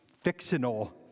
fictional